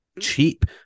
cheap